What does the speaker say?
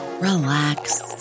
relax